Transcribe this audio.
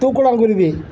தூக்கணாங்குருவி